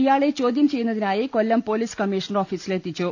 ഇയാളെ ചോദ്യംചെയ്യുന്നതിനായി Kollam police commissioner ഓഫീസിലെത്തിച്ചു